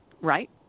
right